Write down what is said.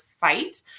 fight